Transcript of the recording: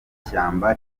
shyamba